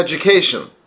education